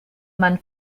man